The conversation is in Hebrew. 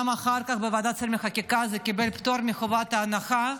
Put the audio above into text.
וגם אחר כך בוועדת שרים לחקיקה הוא קיבל פטור מחובת הנחה.